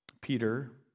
Peter